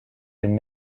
been